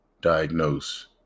diagnose